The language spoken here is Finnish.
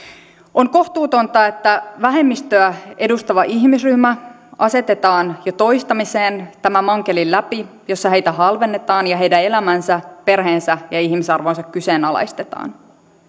on kohtuutonta että vähemmistöä edustava ihmisryhmä asetetaan jo toistamiseen tämän mankelin läpi jossa heitä halvennetaan ja heidän elämänsä perheensä ja ihmisarvonsa kyseenalaistetaan